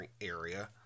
area